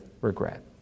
regret